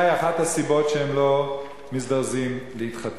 היא אחת הסיבות לכך שהם לא מזדרזים להתחתן.